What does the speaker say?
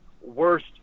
worst